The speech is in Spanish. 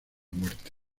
muerte